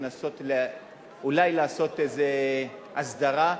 לנסות אולי לעשות איזה הסדרה,